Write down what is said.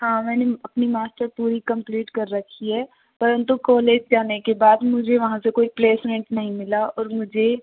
हाँ मैंने अपनी मास्टर पूरी कम्प्लीट कर रखी है परंतु कॉलेज जाने के बाद मुझे वहाँ से कोई प्लैस्मन्ट नहीं मिला और मुझे